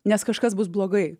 nes kažkas bus blogai